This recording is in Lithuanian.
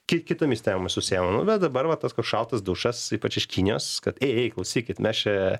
ki kitomis temomis užsiema nu bet dabar va tas kur šaltas dušas ypač iš kinijos kad ei ei klausykit mes čia